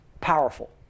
powerful